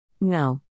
No